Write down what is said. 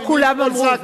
לא כולם אמרו,